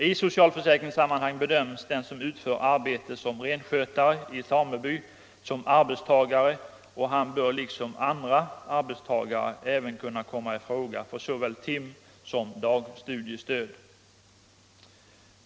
I söciälförsäktingssammanhanebedöms de som utför arbete som renskötare i sameby som arbetstagare och han bör liksom andra arbetstagare kunna komma i fråga för såväl timsom dagstudiestöd.